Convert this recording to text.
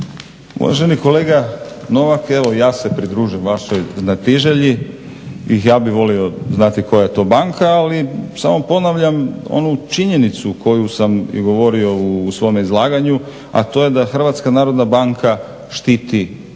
Uvaženi kolega Novak, evo ja se pridružujem vašoj znatiželji i ja bih volio znati koja je to banka. Ali samo ponavljam onu činjenicu koju sam govorio i u svom izlaganju, a to je da je Hrvatska narodna banka štiti tečaj,